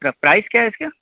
प्र प्राइस क्या है इसका